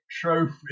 trophy